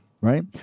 Right